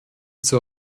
zur